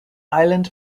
island